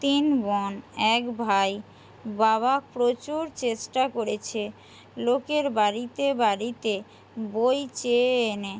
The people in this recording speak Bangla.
তিন বোন এক ভাই বাবা প্রচুর চেষ্টা করেছে লোকের বাড়িতে বাড়িতে বই চেয়ে এনে